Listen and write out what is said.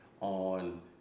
on